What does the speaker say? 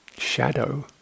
shadow